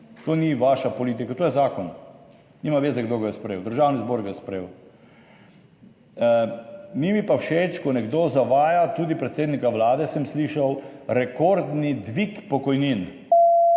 to ni vaša politika, to je zakon; nima veze, kdo ga je sprejel, Državni zbor ga je sprejel. Ni mi pa všeč, ko nekdo zavaja, tudi predsednika Vlade sem slišal, rekordni dvig pokojnin.